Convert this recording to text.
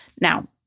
now